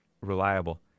reliable